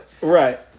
Right